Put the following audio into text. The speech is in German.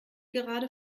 gerade